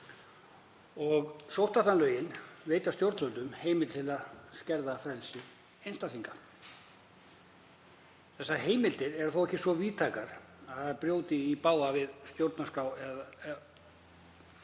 Sóttvarnalögin veita stjórnvöldum heimild til að skerða frelsi einstaklinga. Þessar heimildir eru þó ekki svo víðtækar að þær brjóti í bága við stjórnarskrá eða